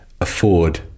afford